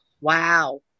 Wow